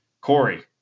Corey